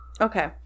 Okay